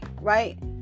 right